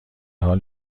حال